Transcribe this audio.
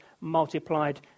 multiplied